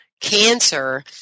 cancer